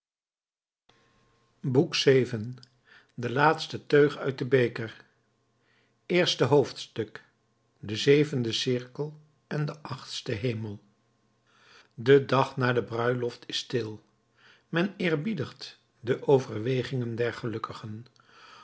boek vii de laatste teug uit den beker eerste hoofdstuk de zevende cirkel en de achtste hemel de dag na de bruiloft is stil men eerbiedigt de overwegingen der gelukkigen